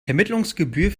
vermittlungsgebühr